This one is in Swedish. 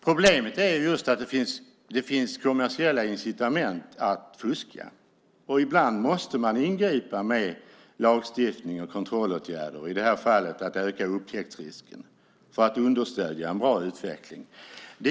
Problemet är just att det finns kommersiella incitament att fuska. Ibland måste man ingripa med lagstiftning och kontrollåtgärder och i det här fallet med att öka upptäcksrisken för att understödja en bra utveckling.